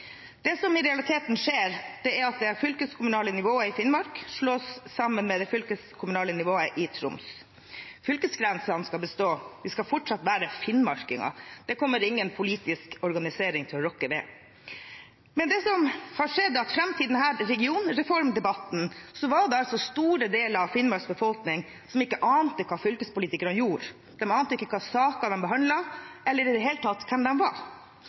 Det som i realiteten skjer, er at det fylkeskommunale nivået i Finnmark slås sammen med det fylkeskommunale nivået i Troms. Fylkesgrensene skal bestå. Vi skal fortsatt være finnmarkinger – det kommer ingen politisk organisering til å rokke ved. Det som har skjedd, er at fram til denne regionreformdebatten ante ikke store deler av Finnmarks befolkning hva fylkespolitikerne gjorde. De ante ikke hvilke saker de behandlet, eller i det hele tatt hvem de var,